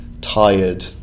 tired